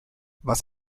was